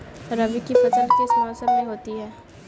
रबी की फसल किस मौसम में होती है?